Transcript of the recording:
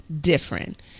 different